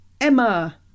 emma